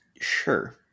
Sure